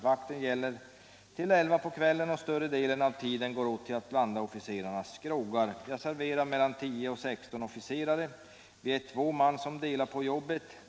Vakten gäller till 11 på kvällen och större delen av tiden går åt till att blanda officerarnas groggar. Jag serverar mellan 10 och 16 officerare. Vi är två man som delar på jobbet.